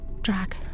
Drag